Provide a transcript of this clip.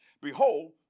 Behold